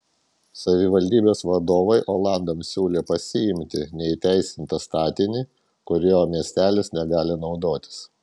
savivaldybės vadovai olandams siūlė pasiimti neįteisintą statinį kuriuo miestelis negali naudotis